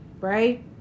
right